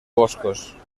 boscos